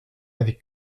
avec